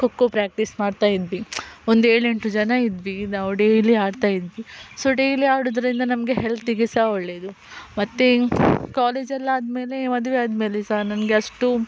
kho kho practice ಮಾಡ್ತಾಯಿದ್ವಿ ಒಂದು ಏಳೆಂಟು ಜನ ಇದ್ವಿ ನಾವು ಡೈಲಿ ಆಡ್ತಾಯಿದ್ವಿ ಸೊ ಡೈಲಿ ಆಡುವುದ್ರಿಂದ ನಮಗೆ ಹೆಲ್ತಿಗೆ ಸಹ ಒಳ್ಳೆಯದು ಮತ್ತೆ ಕಾಲೇಜಲ್ಲಾದ್ಮೇಲೆ ಮದುವೆ ಆದ್ಮೇಲೆ ಸಹ ನನಗೆ ಅಷ್ಟು